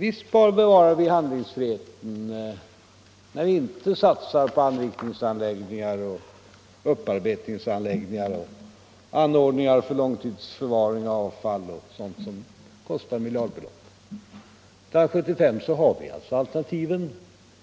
Vi bevarar långsiktig handlingsfrihet när vi inte satsar på anrikningsanläggningar, upparbetningsanläggningar, anordningar för långtidsförvaring av avfall och sådant som kostar miljardbelopp. 1975 har vi alltså alternativet